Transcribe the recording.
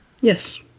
Yes